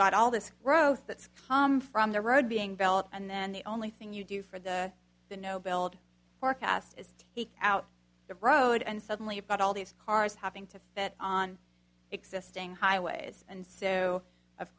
got all this growth that's come from the road being built and then the only thing you do for the the no build forecast is he out the road and suddenly about all these cars having to fit on existing highways and so of